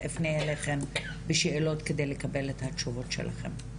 אפנה אליכן בשאלות כדי לקבל את התשובות שלכן.